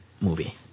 movie